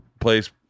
place